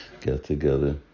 get-together